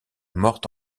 morte